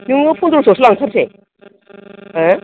नोङो फन्द्रस'वावसो लांथारसै हो